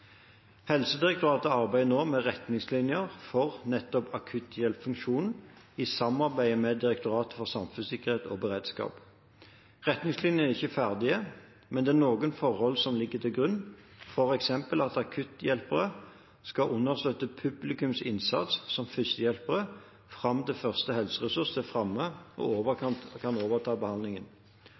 Helsedirektoratet arbeider nå med retningslinjer for nettopp akutthjelperfunksjonen, i samarbeid med Direktoratet for samfunnssikkerhet og beredskap. Retningslinjene er ikke ferdige, men det er noen forhold som ligger til grunn, f.eks.: Akutthjelpere skal understøtte publikums innsats som førstehjelpere fram til første helseressurs er framme og kan overta behandlingen.